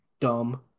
dumb